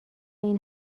این